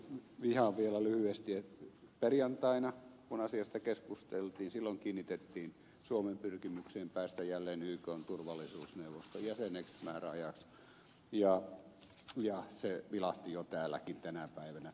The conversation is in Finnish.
ihan vielä lyhyesti että perjantaina kun asiasta keskusteltiin silloin kiinnitettiin huomiota suomen pyrkimykseen päästä jälleen ykn turvallisuusneuvoston jäseneksi määräajaksi ja se vilahti jo täälläkin tänä päivänä